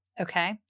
okay